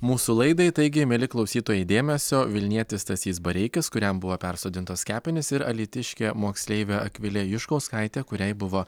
mūsų laidai taigi mieli klausytojai dėmesio vilnietis stasys bareikis kuriam buvo persodintos kepenys ir alytiškė moksleivė akvilė juškauskaitė kuriai buvo